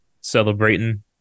Celebrating